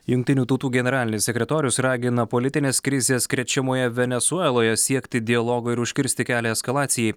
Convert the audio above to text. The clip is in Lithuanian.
jungtinių tautų generalinis sekretorius ragina politinės krizės krečiamoje venesueloje siekti dialogo ir užkirsti kelią eskalacijai